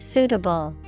Suitable